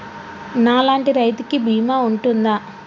నా లాంటి రైతు కి బీమా ఉంటుందా?